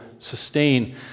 sustain